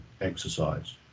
exercise